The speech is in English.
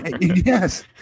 Yes